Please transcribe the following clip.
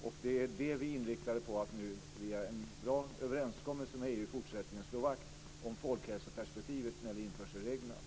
Vi är nu inriktade på att via en bra överenskommelse med EU fortsätta att slå vakt om folkhälsoperspektivet när det gäller införselreglerna.